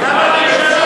למה,